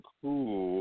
cool